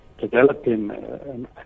developing